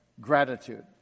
gratitude